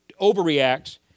overreacts